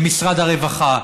למשרד הרווחה,